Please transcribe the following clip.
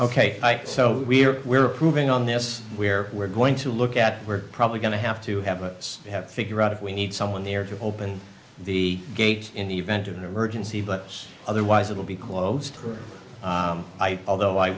ok so we're we're approving on this where we're going to look at we're probably going to have to have but we have to figure out if we need someone there to open the gate in the event of an emergency but otherwise it will be closed although i